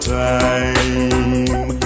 time